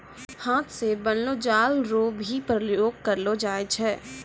हाथ से बनलो जाल रो भी प्रयोग करलो जाय छै